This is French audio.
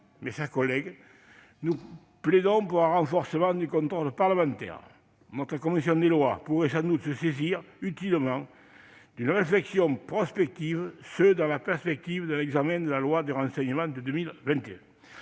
En conclusion, nous plaidons pour un renforcement du contrôle parlementaire. La commission des lois pourrait sans doute se saisir utilement d'une réflexion prospective, et ce dans la perspective de l'examen du projet de loi relatif au renseignement de 2021.